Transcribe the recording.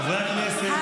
חברי הכנסת, תודה.